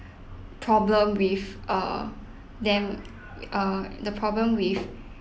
problem with err them err the problem with